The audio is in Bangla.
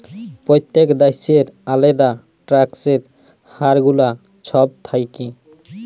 প্যত্তেক দ্যাশের আলেদা ট্যাক্সের হার গুলা ছব থ্যাকে